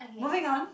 moving on